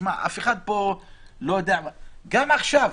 גם עכשיו,